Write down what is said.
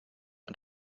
und